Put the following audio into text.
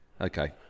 Okay